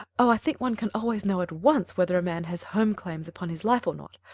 oh, i think one can always know at once whether a man has home claims upon his life or not.